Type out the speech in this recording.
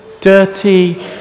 dirty